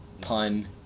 Pun